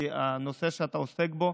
כי הנושא שאתה עוסק בו,